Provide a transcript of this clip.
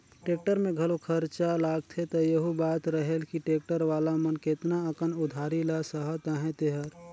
tractor में घलो खरचा लागथे त एहू बात रहेल कि टेक्टर वाला मन केतना अकन उधारी ल सहत अहें तेहर